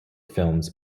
films